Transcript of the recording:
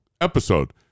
episode